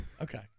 Okay